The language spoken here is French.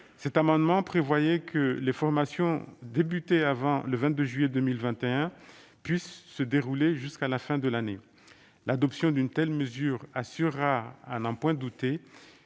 Cet amendement tend à prévoir que les formations entamées avant le 22 juillet 2021 puissent se dérouler jusqu'à la fin de l'année. L'adoption d'une telle mesure assurera, à n'en point